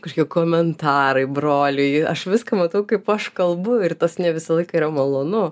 kažkokie komentarai broliui aš viską matau kaip aš kalbu ir tas ne visą laiką yra malonu